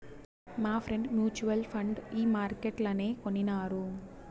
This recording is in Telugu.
మాఫ్రెండ్ మూచువల్ ఫండు ఈ మార్కెట్లనే కొనినారు